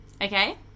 Okay